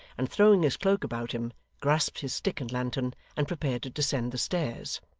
and throwing his cloak about him, grasped his stick and lantern, and prepared to descend the stairs.